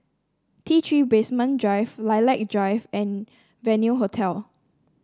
T Three Basement Drive Lilac Drive and Venue Hotel